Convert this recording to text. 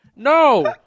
No